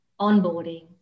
onboarding